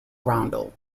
roundel